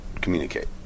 communicate